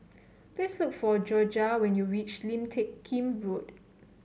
please look for Jorja when you reach Lim Teck Kim Road